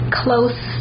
close